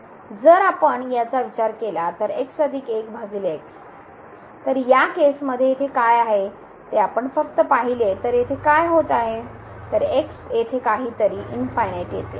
जर आपण याचा विचार केला तर तर या केसमध्ये येथे काय आहे ते आपण फक्त पाहिले तर येथे काय होत आहे तर येथे काहीतरी इन फायनाइटयेते